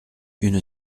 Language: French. une